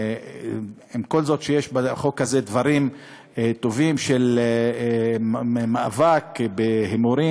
עם כל זה שיש בחוק הזה דברים טובים של מאבק בהימורים,